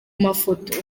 mafoto